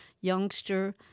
youngster